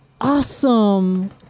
Awesome